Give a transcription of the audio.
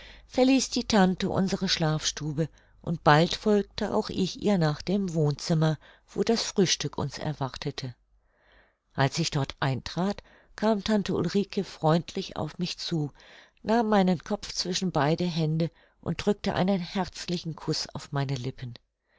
verließ die tante unsere schlafstube und bald folgte auch ich ihr nach dem wohnzimmer wo das frühstück uns erwartete als ich dort eintrat kam tante ulrike freundlich auf mich zu nahm meinen kopf zwischen beide hände und drückte einen herzlichen kuß auf meine lippen